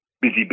busy